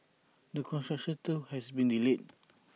that construction too has been delayed